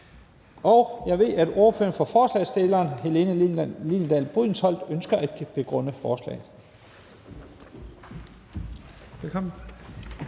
Jeg ved, at ordføreren for forslagsstillerne, Helene Liliendahl Brydensholt, ønsker at begrunde forslaget.